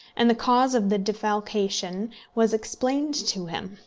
and the cause of the defalcation was explained to him.